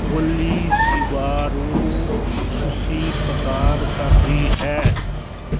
ਓਲੀ ਸ਼ਿਬਾਰੂ ਸੁਸ਼ੀ ਪ੍ਰਦਾਨ ਕਰਦੀ ਹੈ